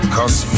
Cause